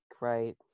right